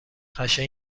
خشن